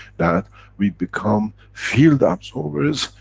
that we become field absorbers,